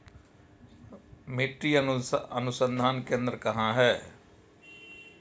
मिट्टी अनुसंधान केंद्र कहाँ है?